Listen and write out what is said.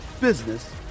business